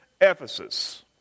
Ephesus